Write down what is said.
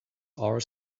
are